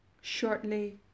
shortly